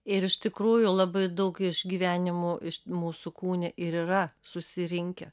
ir iš tikrųjų labai daug išgyvenimų iš mūsų kūne ir yra susirinkę